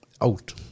out